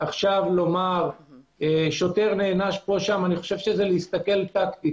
שוטר נענש פה, שם זה להסתכל טקטית.